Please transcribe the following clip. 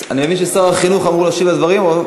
אני מבין ששר החינוך אמור להשיב על הדברים.